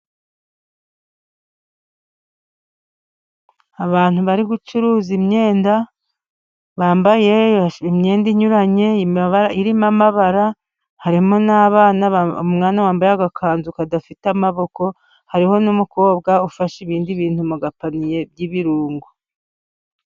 Abantu bari gucuruza imyenda, bambaye imyenda inyuranye irimo amabara, harimo n'abana, umwana wambaye agakanzu kadafite amaboko, hariho n'umukobwa ufashe ibindi bintu mu gapaniye by'ibirungo.